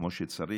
כמו שצריך.